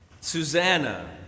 Susanna